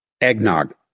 Eggnog